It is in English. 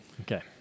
Okay